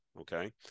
okay